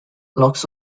locks